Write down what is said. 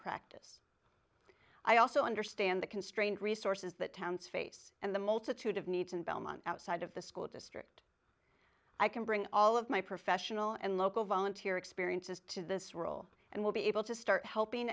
practice i also understand the constraint resources that towns face and the multitude of needs in belmont outside of the school district i can bring all of my professional and local volunteer experiences to this role and will be able to start helping